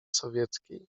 sowieckiej